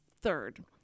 third